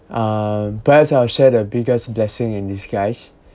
uh perhaps I'll share the biggest blessing in disguise